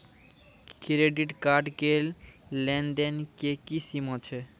Credit card के लेन देन के की सीमा छै?